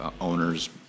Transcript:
owners